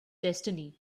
destiny